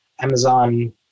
Amazon